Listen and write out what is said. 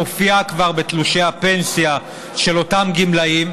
מופיעה כבר בתשלומי הפנסיה של אותם גמלאים.